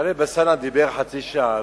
טלב אלסאנע דיבר חצי שעה.